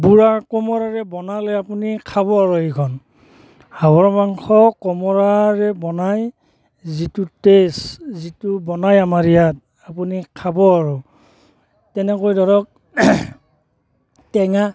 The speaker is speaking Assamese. বুঢ়া কোমোৰাৰে বনালে আপুনি খাব আৰু সেইখন হাঁহৰ মাংস কোমোৰাৰে বনাই যিটো টেষ্ট যিটো বনাই আমাৰ ইয়াত আপুনি খাব আৰু তেনেকৈ ধৰক টেঙা